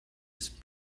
his